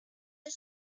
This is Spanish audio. una